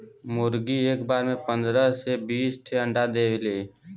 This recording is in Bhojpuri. मुरगी एक बार में पन्दरह से बीस ठे अंडा देली